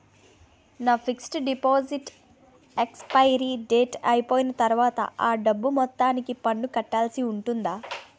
నా fixed deposit expiry date అయిపోయిన తర్వాత అ డబ్బు మొత్తానికి పన్ను కట్టాల్సి ఉంటుందా?